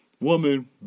woman